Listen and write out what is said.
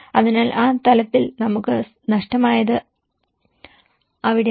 അതിനാൽ ആ തലത്തിൽ നമുക്ക് നഷ്ടമായത് അവിടെയാണ്